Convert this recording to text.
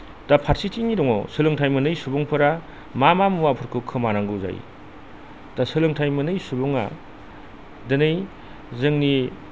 दा फारसेथिंनि दङ सोलोंथाइ मोनै सुबुंफोरा मा मा मुवाफोरखौ खोमानांगौ जायो दा सोलोंथाइ मोनै सुबुंआ दिनै जोंनि